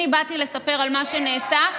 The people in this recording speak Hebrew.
אני באתי לספר על מה שנעשה,